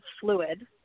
fluid